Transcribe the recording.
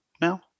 now